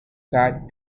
that